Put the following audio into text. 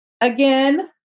Again